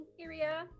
area